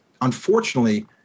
unfortunately